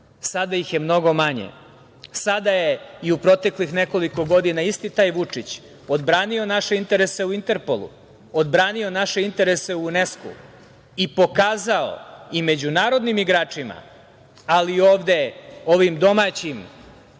Sada ih je mnogo manje. Sada je i u proteklih nekoliko godina isti taj Vučić odbranio naše interese u Interpolu, odbranio naše interese u UNESKO i pokazao i međunarodnim igračima, ali i ovde ovim domaćim